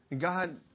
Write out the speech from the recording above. God